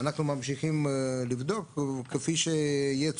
אנחנו ממשיכים לבדוק כפי שיהיה צורך,